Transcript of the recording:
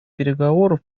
переговоров